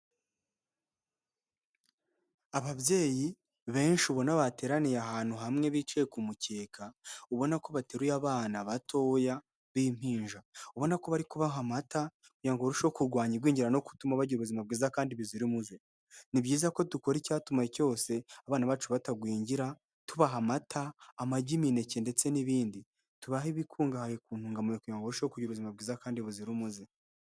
Ababyeyi benshi ubona bateraniye ahantu hamwe bicaye ku ku mukeka, ubona ko bateruye abana batoya b'impinja. Ubona ko bari kubaha amata kugira ngo ngo barusheho kurwanya igwingira no gutuma bagira ubuzima bwiza kandi buzira umuze. Ni byiza ko dukora icyatuma cyose abana bacu batagwingira, tubaha amata, amagi, imineke ndetse n'ibindi. Tubahe ibikungahaye ku ntungamubiri kugira ngo barusheho kugira ubuzima bwiza kandi buzira umuze.